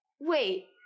Wait